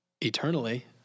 eternally